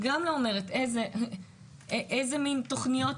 היא גם לא אומרת איזה מין תוכניות,